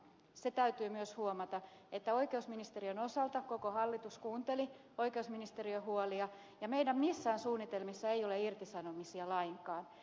se täytyy myös huomata että oikeusministeriön osalta koko hallitus kuunteli oikeusministeriön huolia ja meidän missään suunnitelmissa ei ole irtisanomisia lainkaan